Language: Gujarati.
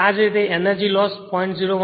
તેથી આ તે જ રીતે એનર્જી લોસ 0